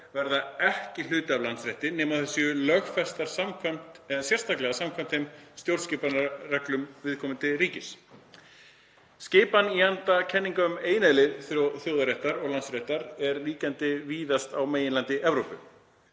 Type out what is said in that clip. verða ekki hluti af landsrétti nema þær séu lögfestar sérstaklega samkvæmt stjórnskipunarreglum viðkomandi ríkis. Skipan í anda kenninga um eineðli þjóðaréttar og landsréttar er ríkjandi víðast á meginlandi Evrópu.